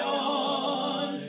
on